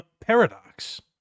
paradox